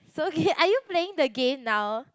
so okay are you playing the game now